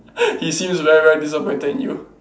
he seems very very disappointed in you